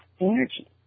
energy